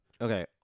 Okay